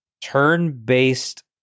turn-based